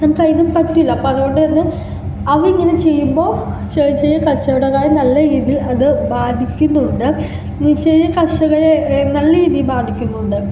എന്തായാലും പറ്റില്ല അപ്പം അതുകൊണ്ട് തന്നെ അതിങ്ങനെ ചീയുമ്പോൾ ചെറിയ ചെറിയ കച്ചവടക്കാർ നല്ല രീതിയിൽ അത് ബാധിക്കുന്നുണ്ട് പിന്നെ ചെറിയ കർഷകരെ നല്ല രീതിയിൽ ബാധിക്കുന്നുണ്ട്